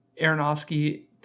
aronofsky